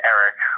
Eric